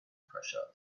pressure